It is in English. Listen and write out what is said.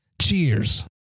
Cheers